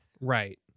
right